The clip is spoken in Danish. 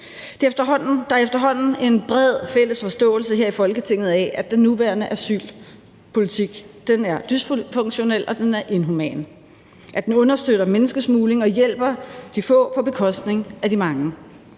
Der er efterhånden en bred fælles forståelse her i Folketinget af, at den nuværende asylpolitik er dysfunktionel og inhuman; at den understøtter menneskesmugling og hjælper de få på bekostning af de mange;